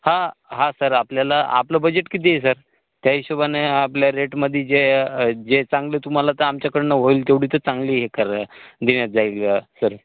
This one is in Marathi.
हां हां सर आपल्याला आपलं बजेट किती आहे सर त्या हिशेबाने आपल्या रेटमध्ये जे जे चांगले तुम्हाला तर आमच्याकडून होईल तेवढी तर चांगली हे करा देण्यात जाईल सर